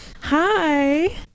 Hi